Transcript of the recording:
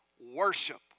Worship